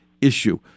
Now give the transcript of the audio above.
issue